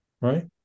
right